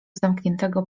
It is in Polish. zamkniętego